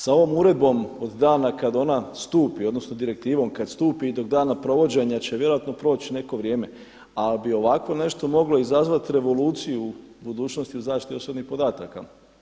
Sa ovom uredbom od dana kada ona stupi odnosno direktivom kada stupi do dana provođenja će vjerojatno proć neko vrijeme, ali bi ovako nešto moglo izazvati revoluciju u budućnosti o zaštiti osobnih podataka.